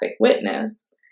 witness